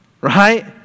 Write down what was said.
right